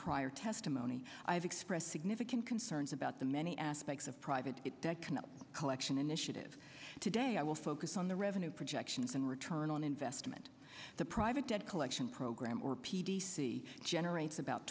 prior testimony i have expressed significant concerns about the many aspects of private collection initiative today i will focus on the revenue projections and return on investment the private debt collection program or p d c generates about